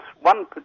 one